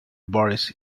boris